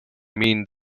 mean